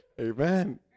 Amen